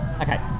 okay